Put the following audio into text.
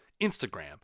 Instagram